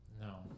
No